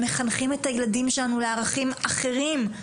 הם מחנכים את הילדים שלנו לערכים אחרים.